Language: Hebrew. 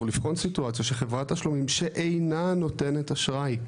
לבחון סיטואציה שחברת תשלומים שאינה נותנת אשראי,